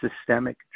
systemic